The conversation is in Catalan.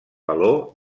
valor